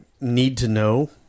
need-to-know